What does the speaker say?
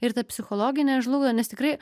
ir ta psichologinė žlugo nes tikrai